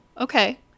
okay